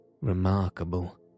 Remarkable